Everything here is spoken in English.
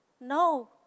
No